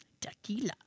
Tequila